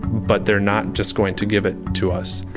but they're not just going to give it to us.